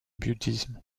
bouddhisme